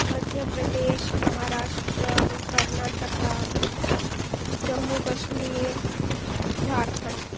Madhya Pradesh Maharashtra Karnataka Jammu Kashmir Jharkhand